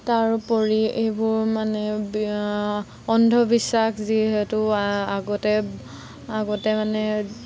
তাৰোপৰি এইবোৰ মানে অন্ধবিশ্বাস যিহেতু আগতে আগতে মানে